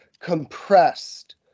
compressed